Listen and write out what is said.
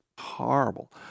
horrible